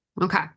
Okay